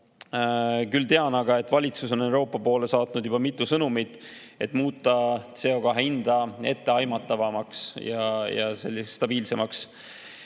Küll tean aga, et valitsus on Euroopa poole saatnud juba mitu sõnumit, et muuta CO2hinda etteaimatavamaks ja stabiilsemaks.